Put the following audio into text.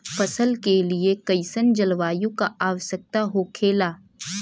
फसल के लिए कईसन जलवायु का आवश्यकता हो खेला?